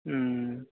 ಹ್ಞೂ